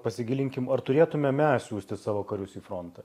pasigilinkim ar turėtume mes siųsti savo karius į frontą